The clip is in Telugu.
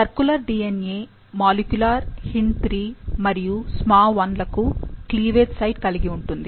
సర్కులర్ DNA మాలిక్యూల్ HindIII మరియు SmaI లకు క్లీవేజ్ సైట్ కలిగి ఉంటుంది